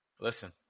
Listen